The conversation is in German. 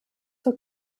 zur